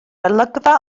olygfa